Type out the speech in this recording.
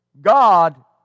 God